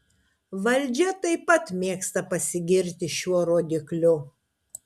valdžia taip pat mėgsta pasigirti šiuo rodikliu